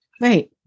right